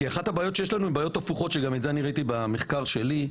כי אחת הבעיות שיש לנו הן בעיות הפוכות שאת זה ראיתי במחקר שלי,